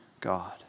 God